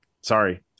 sorry